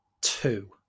two